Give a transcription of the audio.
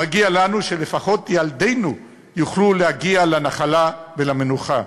מגיע לנו שלפחות ילדינו יוכלו להגיע לנחלה ולמנוחה.